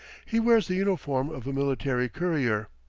he wears the uniform of a military courier.